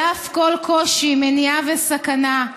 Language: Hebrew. על אף כל קושי, מניעה וסכנה,